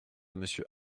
monsieur